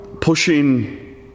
pushing